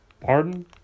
Pardon